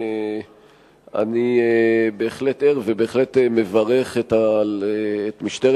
אני בהחלט ער ובהחלט מברך את משטרת